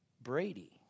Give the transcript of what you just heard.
Brady